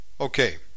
Okay